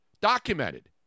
Documented